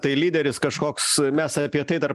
tai lyderis kažkoks mes apie tai dar